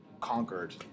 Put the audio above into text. conquered